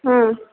হুম